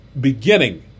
beginning